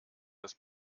das